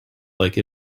like